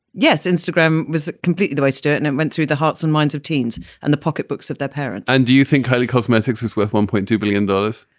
yes, instagram was completely the oyster and it went through the hearts and minds of teens and the pocketbooks of their parents and do you think, hayley, cosmetics is worth one point two billion dollars?